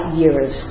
years